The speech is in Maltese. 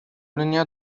linja